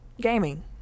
gaming